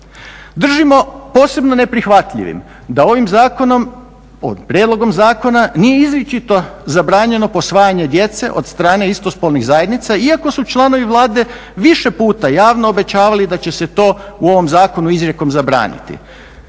Držimo posebno neprihvatljivim da ovim zakonom, ovim prijedlogom zakona nije izričito zabranjeno posvajanje djece od strane istospolnih zajednica iako su članovi Vlade više puta javno obećavali da će se to u ovom zakonu izrijekom zabraniti.